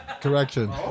correction